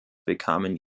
bekamen